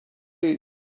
eat